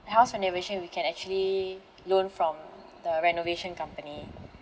house renovation we can actually loan from the renovation company